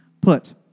put